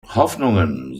hoffnungen